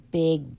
big